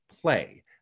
play